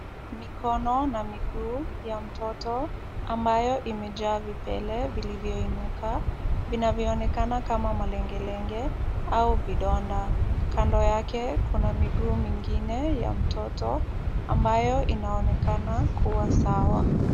Mikono na miguu ya mtoto ambayo imejaa vipele vilivyoinuka, vinavyoonekana kama malengelenge au vidonda. Kando yake kuna miguu mingine ya mtoto ambayo inaonekana kuwa sawa.